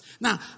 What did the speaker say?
Now